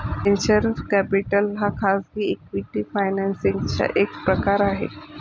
venture capital हा खाजगी equity financing चा एक प्रकार आहे